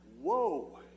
whoa